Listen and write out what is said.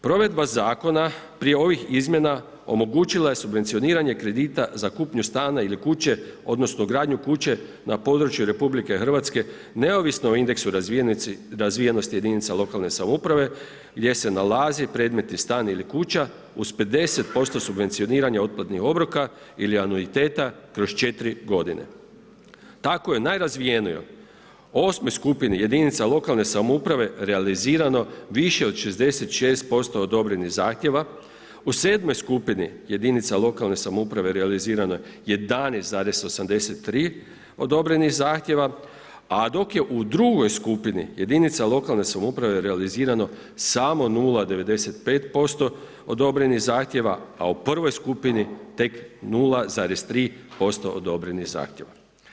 Provedba zakona prije ovih izmjena omogućila je subvencioniranje kredita za kupnju stana ili kuće odnosno gradnju kuće na području RH neovisno o indeksu razvijenosti jedinica lokalne samouprave gdje se nalazi predmetni stan ili kuća uz 50% subvencioniranja otplatnih obroka ili anuiteta kroz 4 g. Tako je najrazvijenije u 8. skupini jedinica lokalne samouprave realizirano više od 66% odobrenih zahtjeva, u 7. skupini jedinica lokalne samouprave realizirano je 11,83 odobrenih zahtjeva dok je u 2. skupini jedinica lokalne samouprave realizirano samo 0,95% odobrenih zahtjeva a u 1. skupini tek 0,3% odobrenih zahtjeva.